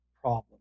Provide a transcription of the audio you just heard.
problem